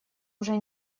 уже